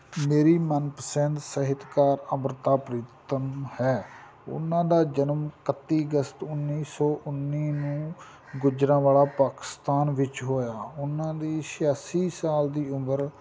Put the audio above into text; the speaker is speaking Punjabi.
ਮੇਰੀ ਪਸੰਦ ਸਾਹਿਤਕਾਰ ਅੰਮ੍ਰਿਤਾ ਪ੍ਰੀਤਮ ਹੈ ਉਹਨਾਂ ਦਾ ਜਨਮ ਇਕੱਤੀ ਅਗਸਤ ਉੱਨੀ ਸੌ ਉੱਨੀ ਨੂੰ ਗੁਜਰਾਂਵਾਲਾ ਪਾਕਿਸਤਾਨ ਵਿੱਚ ਹੋਇਆ ਉਹਨਾਂ ਦੀ ਛਿਆਸੀ ਸਾਲ ਦੀ ਉਮਰ